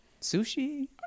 Sushi